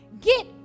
get